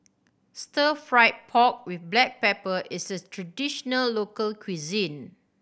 Stir Fried Pork With Black Pepper is a traditional local cuisine